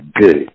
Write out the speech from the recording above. good